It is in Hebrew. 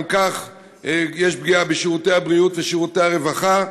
גם כך יש פגיעה בשירותי הבריאות ובשירותי הרווחה.